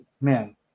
man